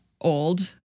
old